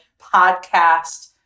podcast